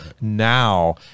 now